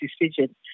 decision